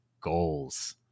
goals